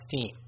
team